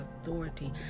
authority